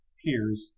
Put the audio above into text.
peers